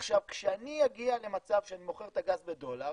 עכשיו, כשאני אגיע למצב שאני מוכר את הגז בדולר